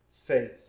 Faith